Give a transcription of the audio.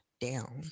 down